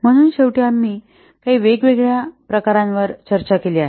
म्हणून शेवटी आम्ही काही वेगवेगळ्या प्रकारांवर चर्चा केली आहे